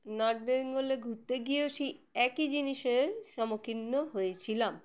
north বেঙ্গলে ঘুরতে গিয়েও সেই একই জিনিসের সম্মুখীন হয়েছিলাম